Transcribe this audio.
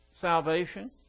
salvation